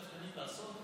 אתם מתכננים לעשות?